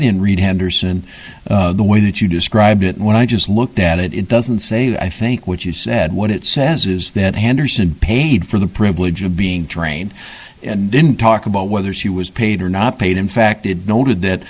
didn't read henderson the way that you described it when i just looked at it it doesn't say that i think what you said what it says is that hander said paid for the privilege of being drained and didn't talk about whether she was paid or not paid in fact it noted that